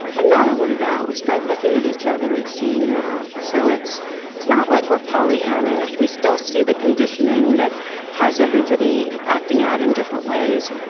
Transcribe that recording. and not only that we start looking at each other and seeing that. so it's it's not like we're pollyannaish. we still see the conditioning that has everybody acting out in different ways.